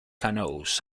canoes